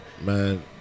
Man